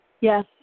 Yes